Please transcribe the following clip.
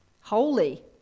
holy